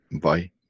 Bye